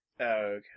Okay